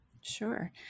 Sure